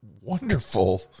wonderful